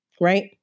Right